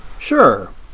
Sure